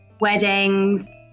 weddings